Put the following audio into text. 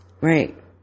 Right